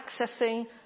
accessing